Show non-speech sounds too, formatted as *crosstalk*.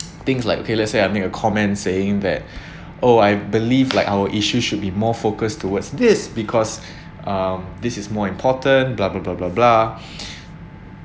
things like okay let's say I make a comment saying that *breath* oh I believe like our issue should be more focused towards this because *breath* um this is more important blah blah blah blah blah *breath*